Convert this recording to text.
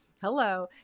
hello